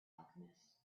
alchemist